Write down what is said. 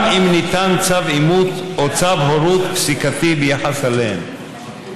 גם אם ניתן צו אימוץ או צו הורות פסיקתי ביחס אליהן.